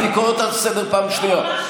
אני קורא אותך לסדר פעם שנייה.